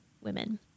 women